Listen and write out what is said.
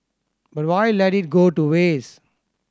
but why let it go to waste